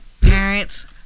parents